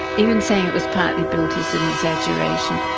even saying it was partly built is an exaggeration,